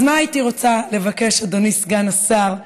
אז מה הייתי רוצה לבקש, אדוני סגן השר,